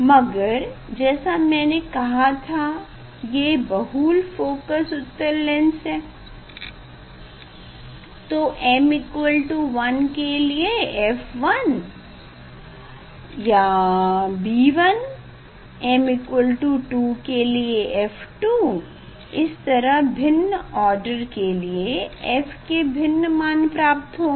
मगर जैसा मैने कहा था ये बहुल फोकस उत्तल लेंस है तो m 1 के लिए हमे f1 या b1 m2 के लिए f2 इस तरह भिन्न ऑर्डर के लिए f के भिन्न मान प्राप्त होंगे